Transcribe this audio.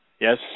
Yes